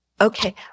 Okay